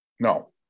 No